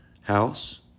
house